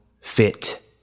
fit